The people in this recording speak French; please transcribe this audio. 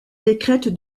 décrète